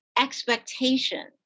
expectation